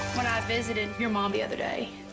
when i visited your mom the other day,